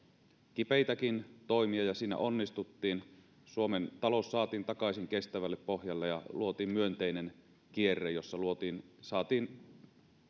kipeitäkin toimia ja siinä onnistuttiin suomen talous saatiin takaisin kestävälle pohjalle ja luotiin myönteinen kierre jossa saatiin